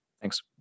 Thanks